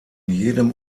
jedem